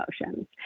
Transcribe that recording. emotions